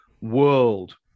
world